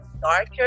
darker